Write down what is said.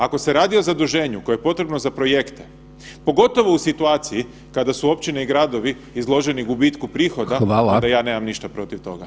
Ako se radi o zaduženju koje je potrebno za projekte, pogotovo u situaciji kada su općine i gradovi izloženi gubitku prihoda onda ja nemam ništa protiv toga.